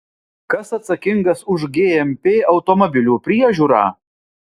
kas atsakingas už gmp automobilių priežiūrą